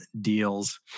deals